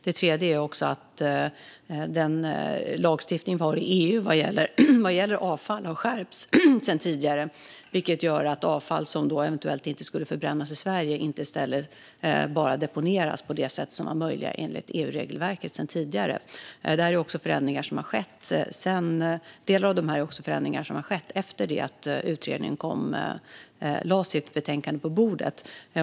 Den lagstiftning vi har i EU vad gäller avfall har skärpts sedan tidigare. Det gör att avfall som eventuellt inte skulle förbrännas i Sverige inte bara deponeras på de sätt som var möjliga enligt EU-regelverket sedan tidigare. Delar av detta är också förändringar som har skett efter det att utredningen lade sitt betänkande på bordet.